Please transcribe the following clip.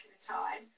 time